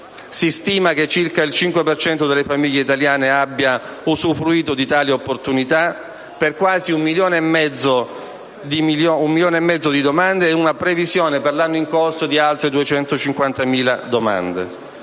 si stima che circa il 5 per cento delle famiglie italiane abbia usufruito di tali opportunità, per quasi 1,5 milioni di domande, con una previsione per l'anno in corso di altre 250.000 domande.